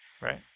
Right